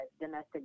domestic